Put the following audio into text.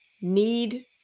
need